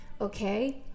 okay